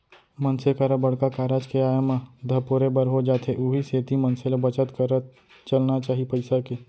मनसे करा बड़का कारज के आय म धपोरे बर हो जाथे उहीं सेती मनसे ल बचत करत चलना चाही पइसा के